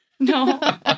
No